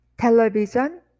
Television